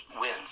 wins